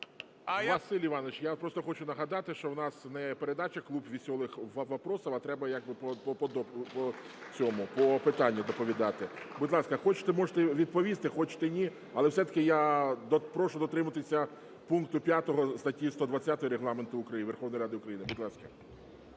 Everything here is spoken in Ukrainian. Василь Іванович, я просто хочу нагадати, що в нас не передача "Клуб веселых вопросов", а треба як би по цьому, по питанню доповідати. Будь ласка, хочете – можете відповісти, хочете – ні, але все-таки я прошу дотримуватися пункту 5 статті 120 Регламенту Верховної Ради України. Будь ласка.